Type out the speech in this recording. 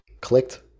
clicked